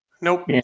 Nope